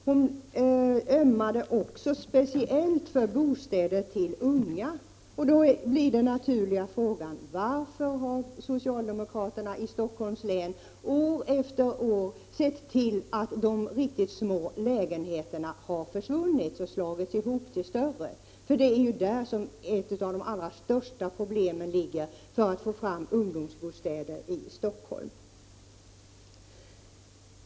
Sylvia Pettersson ömmade speciellt för bostäder för unga. Då blir den naturliga frågan: Varför har socialdemokraterna i Stockholms län år efter år sett till att de riktigt små lägenheterna har försvunnit och slagits ihop till större? Det är där ett av de allra största problemen ligger för att få fram bostäder för unga i Stockholm.